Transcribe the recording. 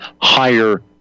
higher